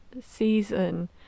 season